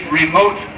remote